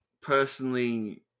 personally